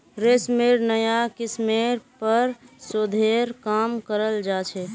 रेशमेर नाया किस्मेर पर शोध्येर काम कराल जा छ